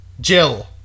Jill